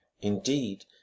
indeed